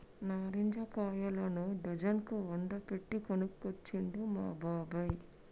నారింజ కాయలను డజన్ కు వంద పెట్టి కొనుకొచ్చిండు మా బాబాయ్